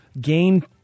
Gain